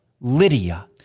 Lydia